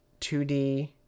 2D